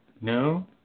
No